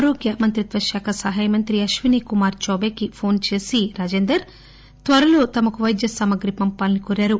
ఆరోగ్య మంత్రిత్వ శాఖ సహాయ మంత్రి అశ్విని కుమార్ చౌబే కి ఫోన్ చేసి రాజేందర్ త్వరలో తమకు వైద్య సామగ్రి పంపాలని ఆయన కోరారు